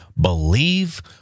Believe